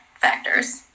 factors